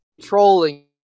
trolling